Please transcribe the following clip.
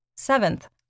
Seventh